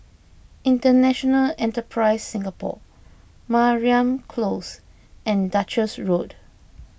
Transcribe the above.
International Enterprise Singapore Mariam Close and Duchess Road